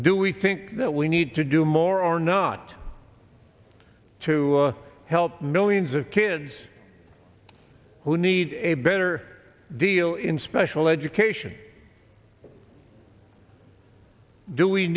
do we think that we need to do more or not to help millions of kids who need a better deal in special education do we